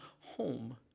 home